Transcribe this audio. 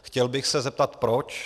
Chtěl bych se zeptat proč.